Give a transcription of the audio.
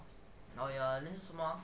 oh ya then 是什么 ah